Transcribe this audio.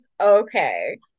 okay